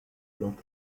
clog